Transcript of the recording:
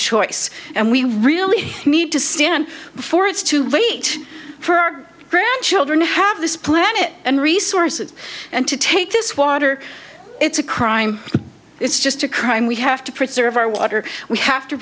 choice and we really need to stand before it's too late for our grandchildren to have this planet and resources and to take this water it's a crime it's just a crime we have to preserve our water we have to